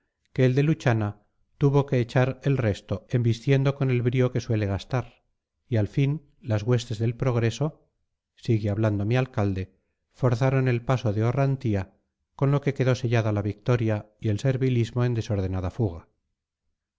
que el de luchana tuvo que echar el resto embistiendo con el brío que suele gastar y al fin las huestes del progreso sigue hablando mi alcalde forzaron el paso de orrantía con lo que quedó sellada la victoria y el servilismo en desordenada fuga